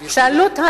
שעלות,